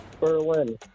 Berlin